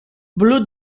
blue